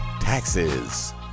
taxes